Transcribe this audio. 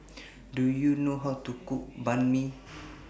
Do YOU know How to Cook Banh MI